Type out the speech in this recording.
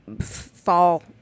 fall